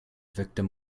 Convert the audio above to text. victim